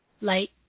light